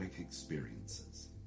experiences